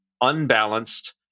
unbalanced